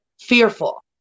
fearful